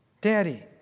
Daddy